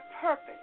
purpose